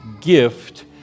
gift